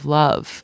love